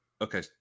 Okay